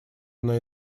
она